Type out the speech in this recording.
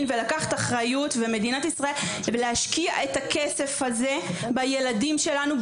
ולקחת אחריות ולהשקיע את הכסף הזה בילדים שלנו,